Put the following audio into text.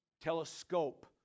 telescope